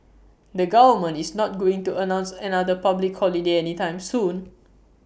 the government is not going to announce another public holiday anytime soon